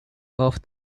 off